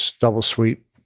double-sweep